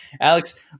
Alex